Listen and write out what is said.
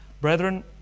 Brethren